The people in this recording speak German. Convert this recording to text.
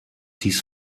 dies